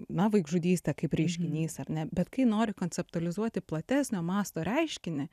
na vaikžudystė kaip reiškinys ar ne bet kai nori konceptualizuoti platesnio masto reiškinį